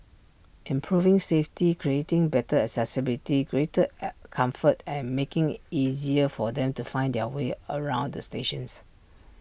improving safety creating better accessibility greater comfort and making IT easier for them to find their way around the stations